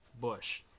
Bush